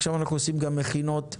עכשיו אנחנו עושים גם מכינות חצי-שנתיות,